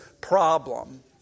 problem